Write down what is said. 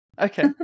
Okay